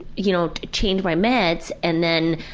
you know, change my meds and then,